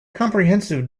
comprehensive